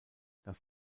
das